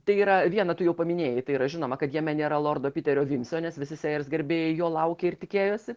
tai yra viena tu jau paminėjai tai yra žinoma kad jame nėra lordo piterio vimsio nes visi sėjers gerbėjai jo laukė ir tikėjosi